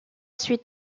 suite